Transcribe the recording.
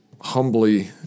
humbly